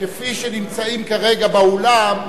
כפי שנמצאים כרגע באולם,